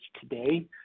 today